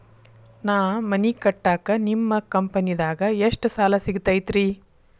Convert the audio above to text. ನಾ ಮನಿ ಕಟ್ಟಾಕ ನಿಮ್ಮ ಕಂಪನಿದಾಗ ಎಷ್ಟ ಸಾಲ ಸಿಗತೈತ್ರಿ?